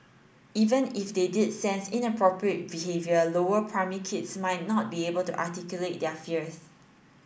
even if they did sense inappropriate behaviour lower primary kids might not be able to articulate their fears